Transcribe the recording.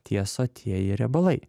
tie sotieji riebalai